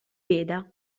veda